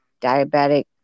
diabetic